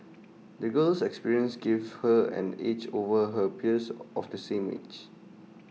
the girl's experiences gave her an edge over her peers of the same age